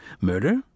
Murder